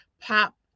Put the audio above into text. pop